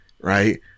right